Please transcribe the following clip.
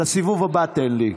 לסיבוב הבא תן לי.